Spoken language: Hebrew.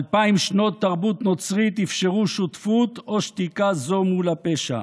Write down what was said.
אלפיים שנות תרבות נוצרית אפשרו שותפות או שתיקה זו מול הפשע.